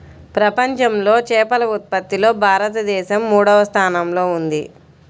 ప్రపంచంలో చేపల ఉత్పత్తిలో భారతదేశం మూడవ స్థానంలో ఉంది